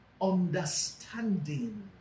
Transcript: understanding